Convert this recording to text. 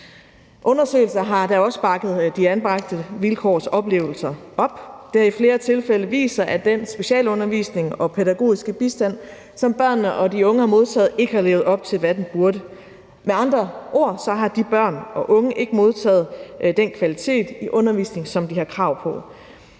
Undersøgelser har da også bakket De Anbragtes Vilkårs oplevelser op. Det har i flere tilfælde vist sig, at den specialundervisning og pædagogiske bistand, som børnene og de unge har modtaget, ikke har levet op til, hvad den burde. Med andre ord har de børn og unge ikke modtaget den kvalitet i undervisningen, som de har krav på.